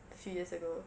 few years ago